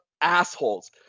assholes